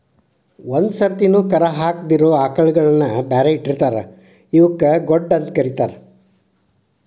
ಒಂದ್ ಸರ್ತಿನು ಕರಾ ಹಾಕಿದಿರೋ ಆಕಳಗಳನ್ನ ಬ್ಯಾರೆ ಇಟ್ಟಿರ್ತಾರ ಇವಕ್ಕ್ ಗೊಡ್ಡ ಅಂತ ಕರೇತಾರ